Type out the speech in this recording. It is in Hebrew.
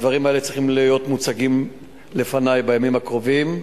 הדברים האלה צריכים להיות מוצגים לפני בימים הקרובים,